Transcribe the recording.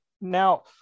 now